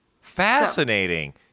Fascinating